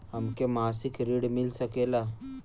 हमके मासिक ऋण मिल सकेला?